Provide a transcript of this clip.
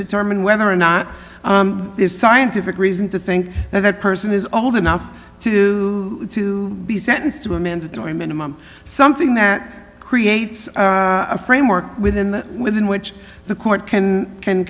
determine whether or not this scientific reason to think that that person is old enough to to be sentenced to a mandatory minimum something that creates a framework within the within which the court can can